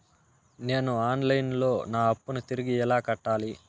నేను online లో నా అప్పును తిరిగి ఎలా కట్టాలి?